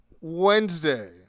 Wednesday